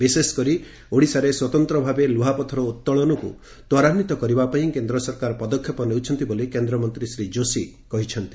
ବିଶେଷକରି ଓଡ଼ିଶାରେ ସ୍ୱତନ୍ଦ୍ ଭାବେ ଲୁହାପଥର ଉତ୍ତୋଳନକୁ ତ୍ୱରାନ୍ୱିତ କରିବା ପାଇଁ କେନ୍ଦ୍ ସରକାର ପଦକ୍ଷେପ ନେଉଛନ୍ତି ବୋଲି କେନ୍ଦ୍ରମନ୍ତୀ ଶ୍ରୀ ଯୋଶୀ କହିଛନ୍ତି